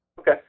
Okay